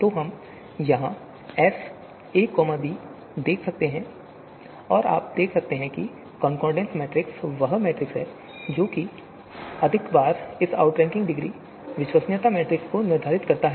तो हम यहां एस ए बी देख सकते हैं और आप देख सकते हैं कि कॉनकॉर्डेंस मैट्रिक्स वह है जो अधिक बार इस आउटरैंकिंग डिग्री विश्वसनीयता मैट्रिक्स को निर्धारित करता है